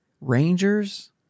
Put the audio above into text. Rangers